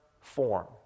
form